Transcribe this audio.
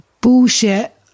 bullshit